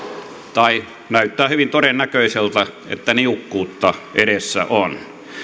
tai näyttää hyvin todennäköiseltä että niukkuutta edessä on